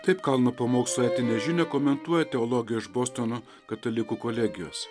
taip kalno pamokslo etinę žinią komentuoja teologė iš bostono katalikų kolegijos